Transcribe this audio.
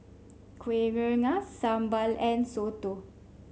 Kuih Rengas sambal and soto